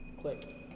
Click